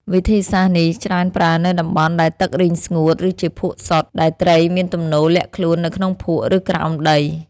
វិធីសាស្ត្រនេះច្រើនប្រើនៅតំបន់ដែលទឹករីងស្ងួត ឬជាភក់សុទ្ធ ដែលត្រីមានទំនោរលាក់ខ្លួននៅក្នុងភក់ ឬក្រោមដី។